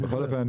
בכל אופן,